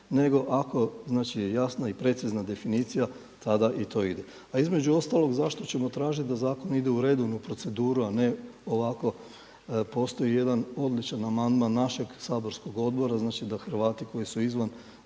nego ako znači je jasna i precizna definicija tada i to ide. A između ostalog zašto ćemo tražiti da zakon ide u redovnu proceduru, a ne ovako postoji jedan odličan amandman našeg saborskog odbora, znači da Hrvati koji su izvan